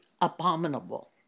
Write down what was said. abominable